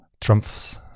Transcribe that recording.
trumps